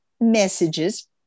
messages